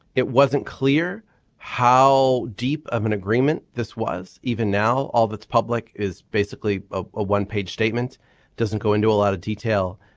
it wasn't clear how deep of an agreement this was. even now all that's public is basically ah a one page statement doesn't go into a lot of detail.